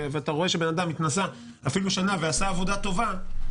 ואתה רואה שאדם התנסה אפילו שנה ועשה עבודה טובה,